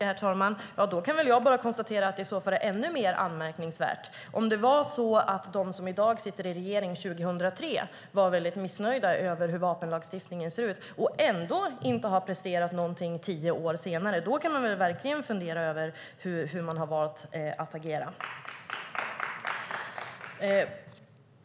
Herr talman! Då kan väl jag bara konstatera att det i så fall är ännu mer anmärkningsvärt. Om de som i dag sitter i regeringen var väldigt missnöjda 2003 över hur vapenlagstiftningen såg ut och ändå inte har presterat någonting tio år senare kan man verkligen fundera över hur man har valt att agera.